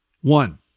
One